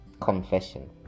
confession